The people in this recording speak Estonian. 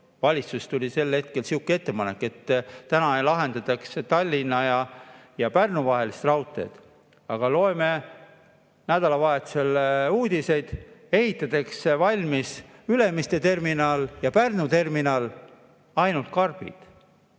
valitsuselt tuli tol hetkel niisugune ettepanek, et ei lahendataks Tallinna ja Pärnu vahelist raudteed. Aga loeme nädalavahetuse uudiseid, ehitatakse valmis Ülemiste terminal ja Pärnu terminal – ainult karbid,